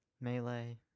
Melee